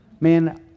Man